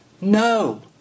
No